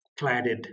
cladded